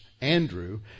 Andrew